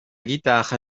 guitare